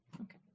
Okay